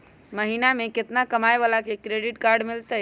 महीना में केतना कमाय वाला के क्रेडिट कार्ड मिलतै?